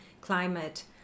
climate